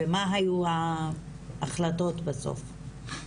ומה היו ההחלטות בסוף?